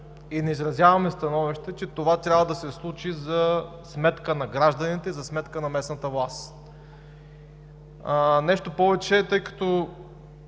и не изразяваме становище, че това трябва да се случи за сметка на гражданите, за сметка на местната власт. Нещо повече, тъй като